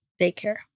Daycare